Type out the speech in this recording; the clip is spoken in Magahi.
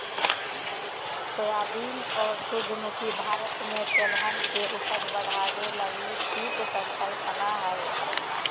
सोयाबीन और सूरजमुखी भारत में तिलहन के उपज बढ़ाबे लगी पीत संकल्पना हइ